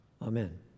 Amen